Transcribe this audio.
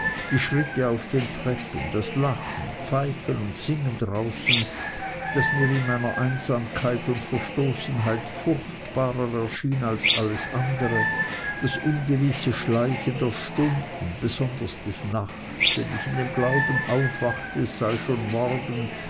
die schritte auf den treppen das lachen pfeifen und singen draußen das mir in meiner einsamkeit und verstoßenheit furchtbarer erschien als alles andere das ungewisse schleichen der stunden besonders des nachts wenn ich in dem glauben aufwachte es sei schon morgen